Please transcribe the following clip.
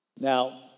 Now